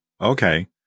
Okay